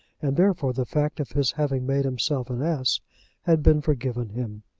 and therefore the fact of his having made himself an ass had been forgiven him.